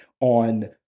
on